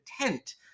tent